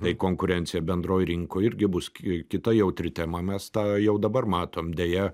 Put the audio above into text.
tai konkurencija bendroj rinkoj irgi bus ki kita jautri tema mes tą jau dabar matom deja